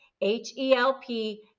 H-E-L-P